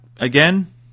again